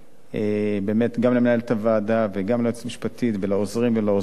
באמת גם למנהלת הוועדה וגם ליועצת המשפטית ולעוזרים ולעוזרות,